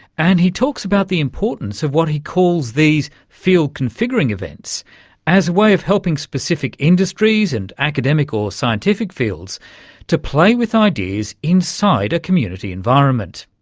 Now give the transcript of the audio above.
and he talks about the importance of what he calls these field configuring events as a way of helping specific industries and academic or scientific fields to play with ideas inside a community environment.